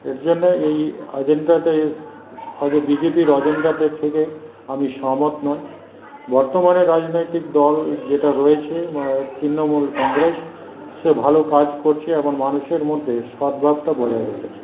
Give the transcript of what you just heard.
এর জন্যে এই অ্যাজেন্ডাটে বিজেপির অ্যাজেন্ডার থেকে আমি সহমত নই বর্তমানে রাজনৈতিক দল যেটা রয়েছে মানে তৃণমূল কংগ্রেস সে ভালো কাজ করছে এবং মানুষের মধ্যে সদ্ভাবটা বজায় রেখেছে